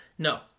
No